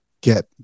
get